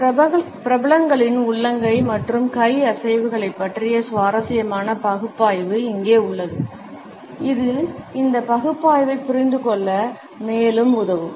சில பிரபலங்களின் உள்ளங்கை மற்றும் கை அசைவுகளைப் பற்றிய சுவாரஸ்யமான பகுப்பாய்வு இங்கே உள்ளது இது இந்த பகுப்பாய்வைப் புரிந்துகொள்ள மேலும் உதவும்